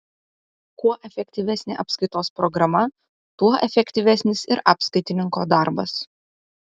kuo efektyvesnė apskaitos programa tuo efektyvesnis ir apskaitininko darbas